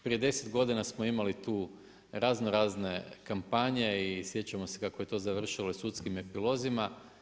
Prije 10 godina smo imali tu razno razne kampanje i sjećamo se kako je to završilo u sudskim epilozima.